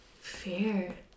Fear